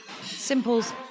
Simple's